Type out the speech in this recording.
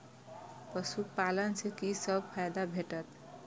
पशु पालन सँ कि सब फायदा भेटत?